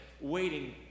waiting